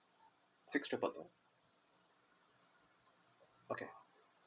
six triple two okay